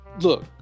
look